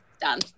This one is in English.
done